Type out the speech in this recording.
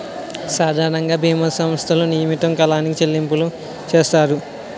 సాధారణంగా బీమా సంస్థలకు నియమిత కాలానికి చెల్లింపులు చేస్తారు